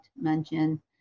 mention